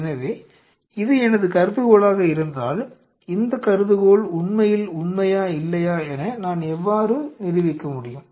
எனவே இது எனது கருதுகோளாக இருந்தால் இந்த கருதுகோள் உண்மையில் உண்மையா இல்லையா என நான் எவ்வாறு நிரூபிக்க முடியும்